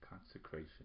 Consecration